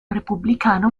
repubblicano